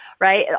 right